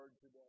today